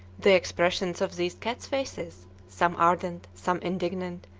the expressions of these cats' faces, some ardent, some indignant,